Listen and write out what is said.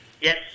Yes